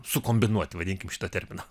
sukombinuoti vadinkim šitą terminą